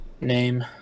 name